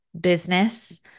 business